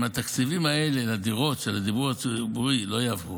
אם התקציבים האלה לדירות של הדיור הציבורי לא יעברו,